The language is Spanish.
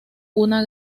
una